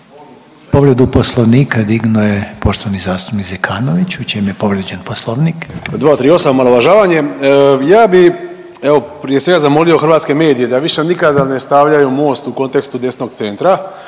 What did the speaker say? Povredu poslovnika dignuo je poštovani zastupnik Zekanović, u čem je povrijeđen poslovnik? **Zekanović, Hrvoje (HDS)** 238. omalovažavanje. Ja bi evo prije svega zamolio hrvatske medije da više nikada ne stavljaju Most u kontekstu desnog centra,